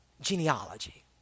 genealogy